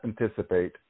anticipate